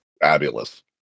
Fabulous